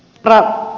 raha